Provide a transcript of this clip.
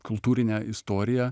kultūrinę istoriją